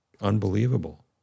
unbelievable